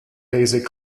basic